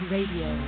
Radio